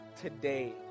today